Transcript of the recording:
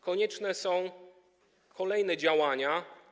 Konieczne są kolejne działania.